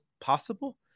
possible